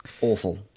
Awful